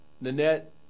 Nanette